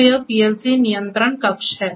तो यह पीएलसी नियंत्रण कक्ष है